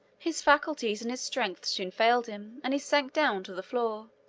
his faculties and his strength soon failed him, and he sank down to the floor.